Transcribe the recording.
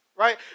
Right